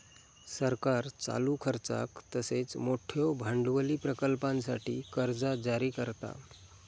सरकार चालू खर्चाक तसेच मोठयो भांडवली प्रकल्पांसाठी कर्जा जारी करता